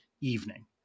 evening